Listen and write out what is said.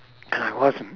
and I wasn't